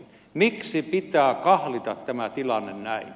miksi pitää kahlita tämä tilanne näin